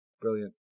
Brilliant